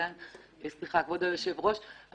כבוד היושב-ראש,